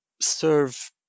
serve